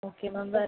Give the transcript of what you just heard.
okay ma'am வேறு